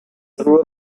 through